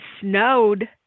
snowed